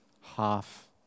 half